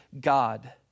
God